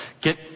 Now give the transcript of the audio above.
get